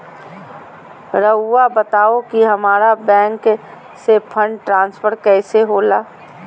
राउआ बताओ कि हामारा बैंक से फंड ट्रांसफर कैसे होला?